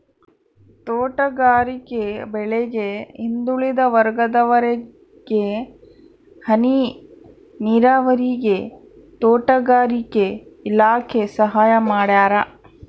ತೋಟಗಾರಿಕೆ ಬೆಳೆಗೆ ಹಿಂದುಳಿದ ವರ್ಗದವರಿಗೆ ಹನಿ ನೀರಾವರಿಗೆ ತೋಟಗಾರಿಕೆ ಇಲಾಖೆ ಸಹಾಯ ಮಾಡ್ಯಾರ